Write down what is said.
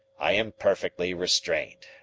i am perfectly restrained.